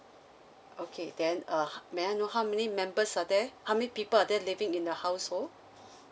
okay then uh how may I know how many members are there how many people are there living in your household